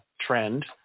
trend